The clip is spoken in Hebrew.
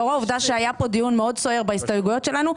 לאור העובדה שהיה פה דיון מאוד סוער בהסתייגויות שלנו,